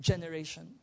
Generation